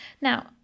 Now